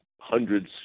hundreds